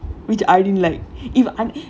which I didn't like if a~